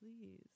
please